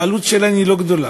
שהעלות שלהן אינה גדולה,